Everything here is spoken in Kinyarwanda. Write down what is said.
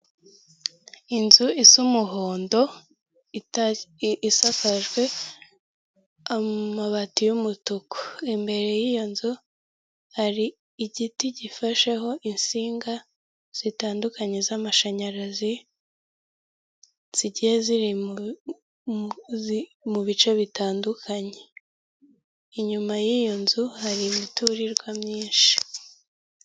Inzu isa umuhondo isakajwe amabati y'umutuku, imbere y'iyo nzu hari igiti gifasheho insinga zitandukanye z'amashanyarazi zigiye ziri mu bice bitandukanye, inyuma y'iyo nzu hari imiturirwa myinshi.